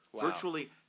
virtually